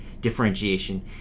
differentiation